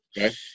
Okay